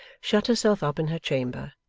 shut herself up in her chamber,